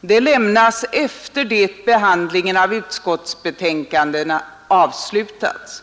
De lämnas efter det behandlingen av utskottsbetänkanden avslutats.